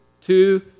two